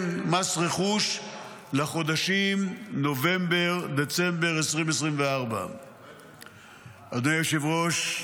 מס רכוש לחודשים נובמבר-דצמבר 2024. אדוני היושב-ראש,